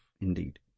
indeed